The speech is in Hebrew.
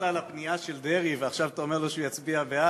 זה שסיפרת על הפנייה של דרעי ועכשיו אתה אומר לו שהוא יצביע בעד,